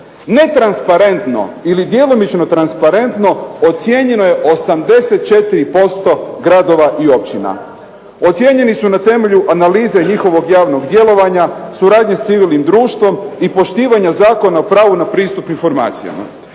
Netransparentno ili djelomično transparentno ocijenjeno je 84% gradova i općina. Ocijenjeni su na temelju analize njihovog javnog djelovanja, suradnje s civilnim društvom i poštivanja Zakona o pravu na pristup informacijama.